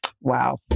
Wow